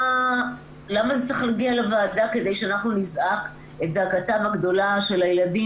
למה זה צריך להגיע לוועדה כדי שאנחנו נזעק את זעקתם הגדולה של הילדים